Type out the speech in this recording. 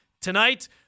tonight